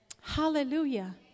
Hallelujah